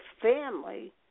family